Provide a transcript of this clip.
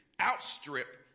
outstrip